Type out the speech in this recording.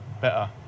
better